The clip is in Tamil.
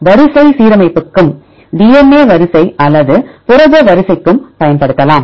வரிசை சீரமைப்புக்கும் DNA வரிசை அல்லது புரத வரிசையை பயன்படுத்தலாம்